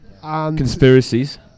Conspiracies